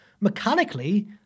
Mechanically